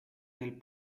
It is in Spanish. del